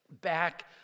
back